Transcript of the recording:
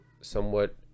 somewhat